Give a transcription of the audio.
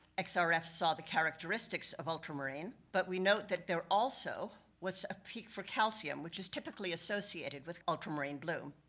like xrf saw the characteristics of ultramarine, but we note that there also was a peak for calcium, which is typically associated with ultramarine blue.